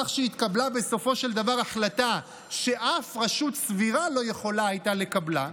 כך שהתקבלה בסופו של דבר החלטה 'שאף רשות סבירה לא יכולה הייתה לקבלה',